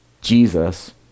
Jesus